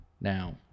Now